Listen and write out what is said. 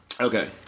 Okay